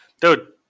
Dude